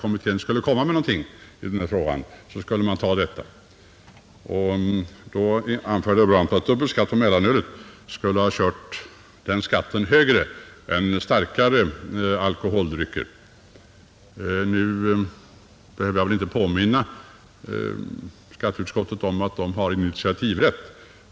Då vill jag erinra om att motionens yrkande var att vi i avvaktan på alkoholpolitiska utredningens förslag i frågan skulle ta denna dubbla skatt. Jag behöver väl inte påminna skatteutskottet om att utskottet har initiativrätt.